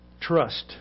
Trust